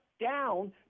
down